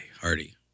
Hardy